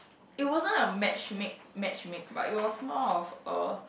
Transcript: it wasn't a matchmake matchmake but it was more of a